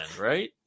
right